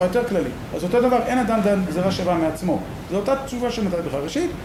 יותר כללי. אז אותו דבר, אין אדם דן גזרה שווה מעצמו. זו אותה תשובה שנתתי לך, ראשית.